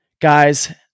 Guys